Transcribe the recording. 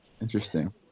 Interesting